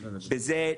וזה,